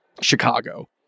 Chicago